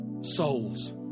Souls